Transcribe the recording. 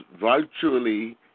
virtually